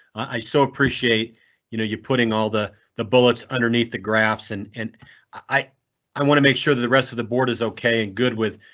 i so appreciate you know you're putting all the the bullets underneath the graphs and and i i want to make sure that the rest of the board is ok and good with